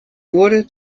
wurde